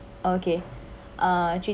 okay uh three